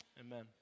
amen